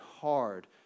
hard